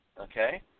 Okay